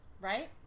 Right